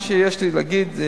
מה שיש להגיד,